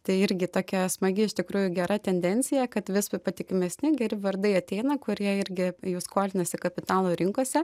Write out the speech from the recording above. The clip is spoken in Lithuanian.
tai irgi tokia smagi iš tikrųjų gera tendencija kad vis patikimesni geri vardai ateina kurie irgi jau skolinasi kapitalo rinkose